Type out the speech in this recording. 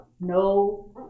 no